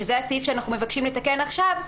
שזה הסעיף אותו אנחנו מבקשים לתקן עכשיו,